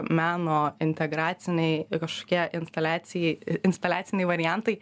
meno integraciniai kažkokie infliacijai instaliaciniai variantai